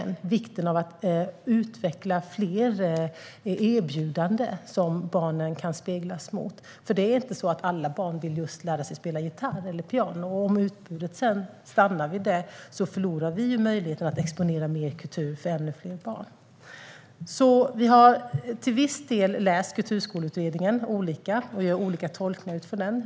Det handlar om vikten av att utveckla fler erbjudanden som barnen kan speglas mot. Det är inte så att alla barn vill lära sig spela gitarr eller piano. Om utbudet stannar vid det förlorar vi möjligheten att exponera mer kultur för ännu fler barn. Vi har till viss del läst Kulturskoleutredningen olika och gör olika tolkningar utifrån den.